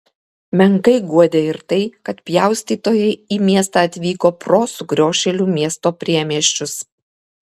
menkai guodė ir tai kad pjaustytojai į miestą atvyko pro sukriošėlių miesto priemiesčius